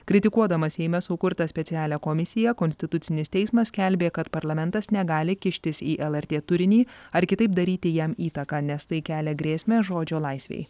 kritikuodamas seime sukurtą specialią komisiją konstitucinis teismas skelbė kad parlamentas negali kištis į lrt turinį ar kitaip daryti jam įtaką nes tai kelia grėsmę žodžio laisvei